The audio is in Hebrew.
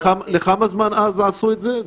לכמה זמן אז, ב-2006, עשו את זה?